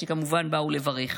שכמובן באו לברך.